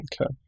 Okay